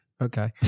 Okay